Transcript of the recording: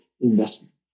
investment